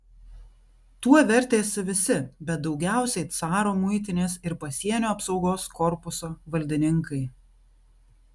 tuo vertėsi visi bet daugiausiai caro muitinės ir pasienio apsaugos korpuso valdininkai